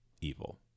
evil